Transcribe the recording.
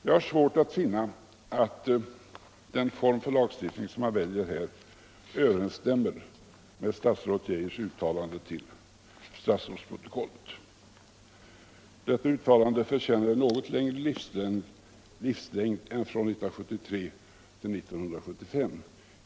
Jag har svårt att finna att den form för lagstiftning som man väljer här överensstämmer med statsrådet Geijers uttalande till statsrådsprotokollet. Detta uttalande förtjänar en något längre livslängd än tiden från 1973 till 1975.